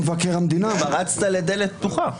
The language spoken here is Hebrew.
התפרצת לדלת פתוחה.